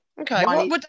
Okay